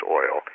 oil